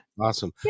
awesome